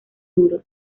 duro